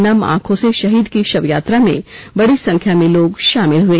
नम आंखों से शहीद की शवयात्रा में बड़ी संख्या में लोग शामिल हुए